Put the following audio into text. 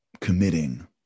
committing